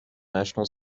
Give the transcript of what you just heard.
national